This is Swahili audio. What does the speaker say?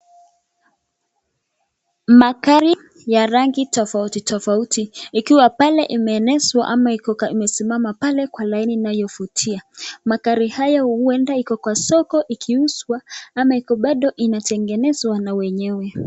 Magari ya rangi tofauti tofauti ikiwa pale imeegeshwa ama imesimama pale kwa laini inayovutia. Magari haya huenda iko kwa soko ikiuzwa ama iko bado inatengenezwa na wenyewe.